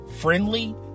friendly